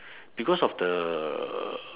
because of the